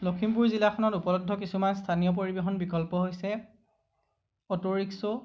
লখিমপুৰ জিলাখনত উপলব্ধ কিছুমান স্থানীয় পৰিবহণ বিকল্প হৈছে অট' ৰিক্স'